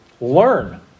learn